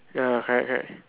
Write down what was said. ya correct correct